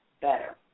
better